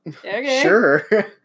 sure